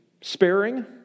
sparing